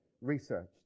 researched